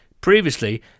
Previously